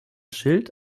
schild